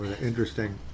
interesting